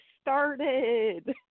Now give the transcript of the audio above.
started